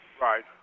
Right